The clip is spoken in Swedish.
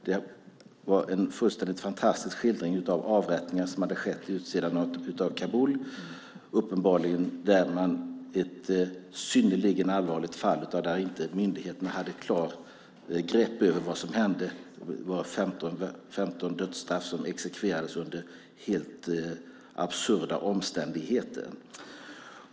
Det var en fullständigt fantastisk skildring av avrättningar som hade skett i utkanten av Kabul. Det var uppenbarligen ett synnerligen allvarligt fall där myndigheterna inte hade grepp över vad som hände. Det var 15 dödsstraff som exekverades under helt absurda omständigheter.